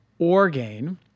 Orgain